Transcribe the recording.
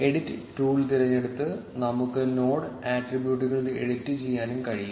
edit tool തിരഞ്ഞെടുത്ത് നമുക്ക് node ആട്രിബ്യൂട്ടുകൾ എഡിറ്റുചെയ്യാനും കഴിയും